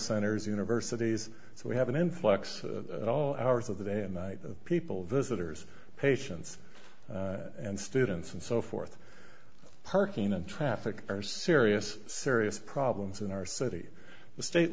centers universities so we have an influx of all hours of the day and night people visitors patients and students and so forth parking and traffic are serious serious problems in our city the state